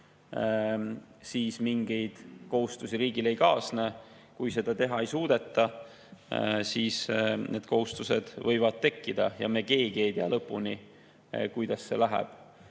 siis mingeid kohustusi riigile ei kaasne. Kui seda teha ei suudeta, siis need kohustused võivad tekkida. Me keegi ei tea lõpuni, kuidas see läheb.